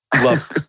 Love